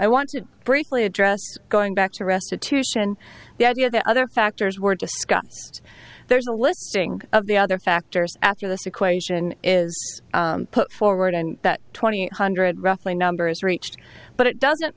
i want to briefly address going back to restitution the idea that other factors were discussed there's a listing of the other factors after this equation is put forward in that twenty eight hundred roughly number is reached but it doesn't